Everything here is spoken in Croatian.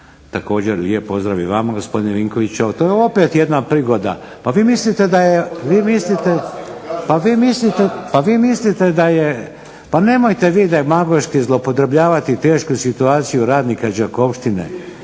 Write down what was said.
također lijep pozdrav i vama gospodine Vinkoviću, evo to je opet jedna prigoda. vi mislite da je, nemojte vi demagoški upotrebljavati tešku situaciju radnika Đakovštine,